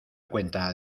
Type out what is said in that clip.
cuenta